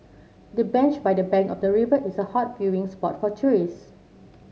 the bench by the bank of the river is a hot viewing spot for tourist